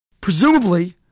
Presumably